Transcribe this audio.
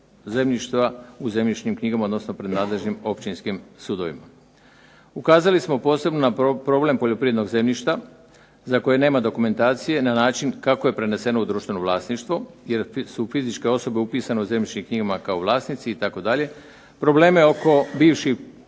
zemljišta u zemljišnim knjigama, odnosno pred nadležnim općinskim sudovima. Ukazali smo posebno na problem poljoprivrednog zemljišta, za koje nema dokumentacije na način kako je preneseno u društveno vlasništvo, jer su fizičke osobe upisane u zemljišnim knjigama vlasnici itd., probleme oko bivših